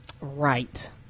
right